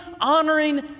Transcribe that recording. honoring